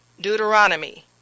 Deuteronomy